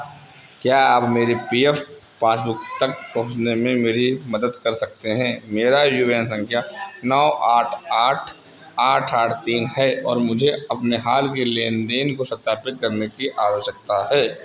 क्या आप मेरी पी एफ पासबुक तक पहुँचने में मेरी मदद कर सकते हैं मेरा यू ए एन संख्या नौ आठ आठ आठ आठ तीन है और मुझे अपने हाल के लेन देन को सत्यापित करने की आवश्यकता है